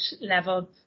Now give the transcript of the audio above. level